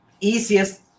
easiest